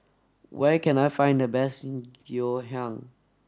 where can I find the best Ngoh Hiang